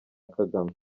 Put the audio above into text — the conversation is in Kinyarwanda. kagame